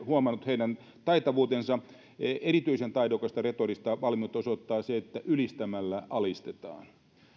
huomannut heidän taitavuutensa erityisen taidokasta retorista valmiutta osoittaa se että ylistämällä alistetaan